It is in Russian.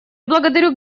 благодарю